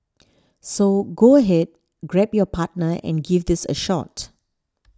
so go ahead grab your partner and give these a shot